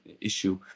issue